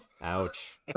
Ouch